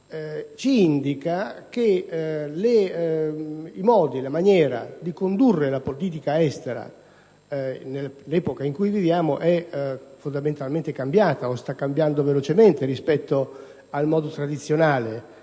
ci indica che la maniera di condurre la politica estera nell'epoca in cui viviamo è fondamentalmente cambiata, o sta cambiando velocemente, rispetto al *modus* tradizionale